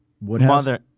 mother